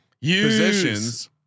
positions